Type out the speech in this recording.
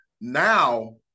Now –